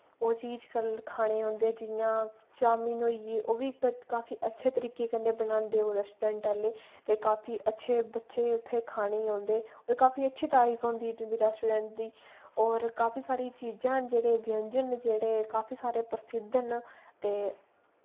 ओह् चीज कल खाने औंदे जि'यां चौमिन होई गे ओह् बी काफी अच्छे तरीके कन्नै बनांदे ओह् रेस्टोरैंट आह्ले ते काफी अच्छे बच्चे उत्थै खाने औंदे और काफी अच्छी तारीफ होंदी उंदी रेस्टोरैंट दी और काफी सारी चीजां न जेह्ड़े व्यंजन न जेह्ड़े काफी सारे प्रसिद्ध न ते